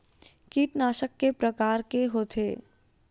कीटनाशक के प्रकार के होथे?